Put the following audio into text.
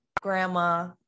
grandma